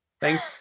thanks